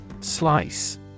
Slice